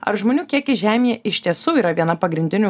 ar žmonių kiekis žemėje iš tiesų yra viena pagrindinių